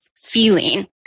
feeling